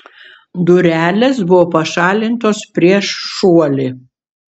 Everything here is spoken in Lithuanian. durelės buvo pašalintos prieš šuolį